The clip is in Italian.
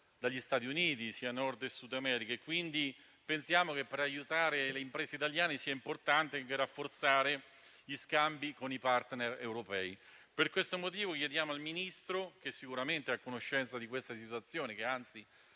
dagli Stati Uniti, dal Nord e dal Sud dell'America e, quindi, pensiamo che per aiutare le imprese italiane sia importante rafforzare gli scambi con i *partner* europei. Per questo motivo chiediamo al Ministro, che è sicuramente a conoscenza di queste situazioni, che